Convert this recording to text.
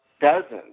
dozens